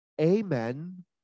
Amen